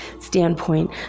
standpoint